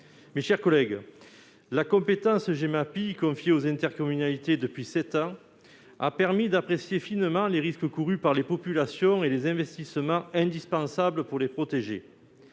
et prévention des inondations (Gemapi), confiée aux intercommunalités depuis sept ans, a permis d'apprécier finement les risques encourus par les populations et les investissements indispensables pour les protéger.